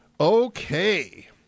Okay